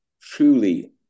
truly